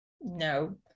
no